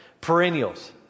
Perennials